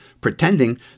Pretending